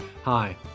Hi